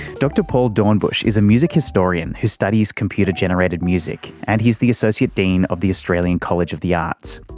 dr paul doornbusch is a music historian who studies computer-generated music and he's the associate dean of the australian college of the arts.